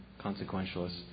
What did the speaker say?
consequentialist